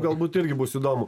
galbūt irgi bus įdomu